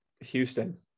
Houston